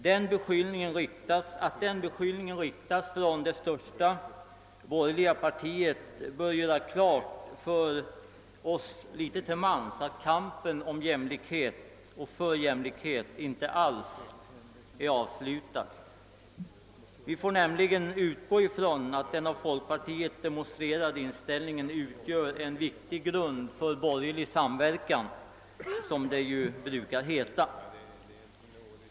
Det förhållandet att den beskyllningen riktas från det största borgerliga partiet bör göra klart för oss litet till mans att kampen om och för jämlikhet inte alls är avslutad. Vi får nämligen utgå från att den av folkpartiet demonstrerade inställningen utgör en viktig grund för borgerlig samverkan, som det brukar heta.